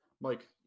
Mike